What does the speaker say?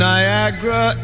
Niagara